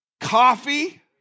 coffee